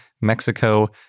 Mexico